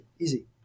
Easy